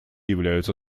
являются